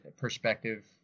perspective